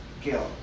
guilt